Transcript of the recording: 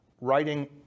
writing